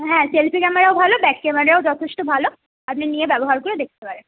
হ্যাঁ সেলফি ক্যামেরাও ভালো ব্যাক ক্যামেরাও যথেষ্ট ভালো আপনি নিয়ে ব্যবহার করে দেখতে পারেন